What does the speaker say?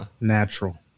Natural